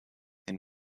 and